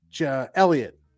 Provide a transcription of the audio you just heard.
Elliot